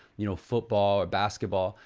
you know, football or basketball,